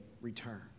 return